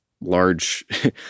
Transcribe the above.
large